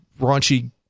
raunchy